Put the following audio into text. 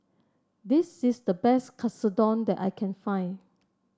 this is the best Katsudon that I can find